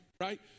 right